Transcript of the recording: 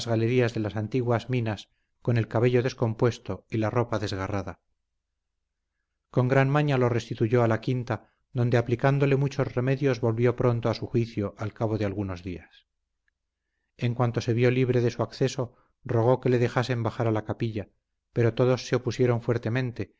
galerías de las antiguas minas con el cabello descompuesto y la ropa desgarrada con gran maña lo restituyó a la quinta donde aplicándole muchos remedios volvió pronto a su juicio al cabo de algunos días en cuanto se vio libre de su acceso rogó que le dejasen bajar a la capilla pero todos se opusieron fuertemente